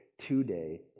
today